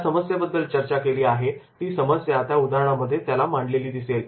ज्या समस्येबद्दल चर्चा केली आहे ती समस्या त्या उदाहरणांमध्ये मांडलेली असेल